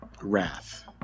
Wrath